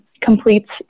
completes